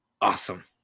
awesome